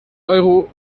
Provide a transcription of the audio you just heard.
euro